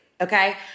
okay